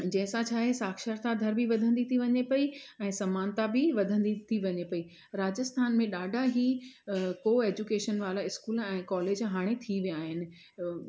जंहिं सां छाहे साक्षरता दर बि वधंदी थी वञे पेई ऐं समानता बि वधंदी थी वञे पेई राजस्थान में ॾाढा ई कोएजुकेशन वारा इस्कूल ऐं कॉलेज हाणे थी विया आहिनि